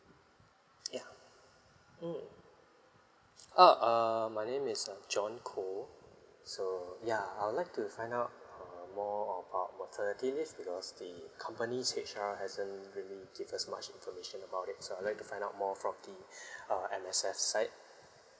yeah mm oh uh my name is uh john koh so ya I would like to find out err more about maternity leave because the company's H_R hasn't really give us much information about is so I'd like to find more from the uh M_S_F side